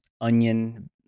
onion